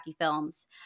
films